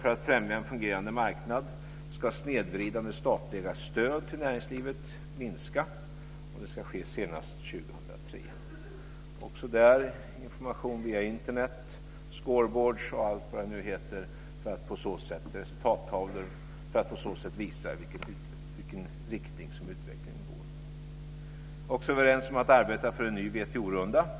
För att främja en fungerande marknad ska snedvridande statliga stöd till näringslivet minska. Det ska ske senast 2003. Också där finns information via Internet med resultattavlor för att på så sätt visa i vilken riktning som utvecklingen går.